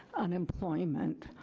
unemployment,